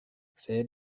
sed